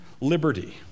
liberty